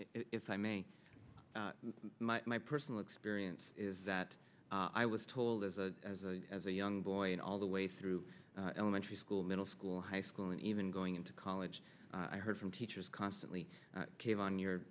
i may my personal experience is that i was told as a as a young boy and all the way through elementary school middle school high school and even going into college i heard from teachers constantly came on you're